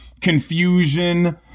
confusion